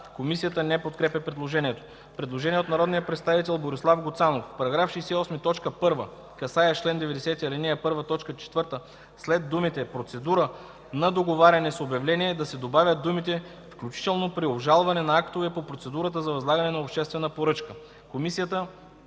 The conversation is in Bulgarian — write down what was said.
Комисията не подкрепя предложението. Предложение от народния представител Борислав Гуцанов – в § 68, т. 1 (касаещ чл. 90, ал. 1, т. 4) след думите „процедура на договаряне с обявление” да се добавят думите „включително при обжалване на актове по процедурата за възлагане на обществена поръчка”.